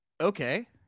Okay